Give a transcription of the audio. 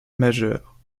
majeure